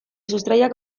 sustraiak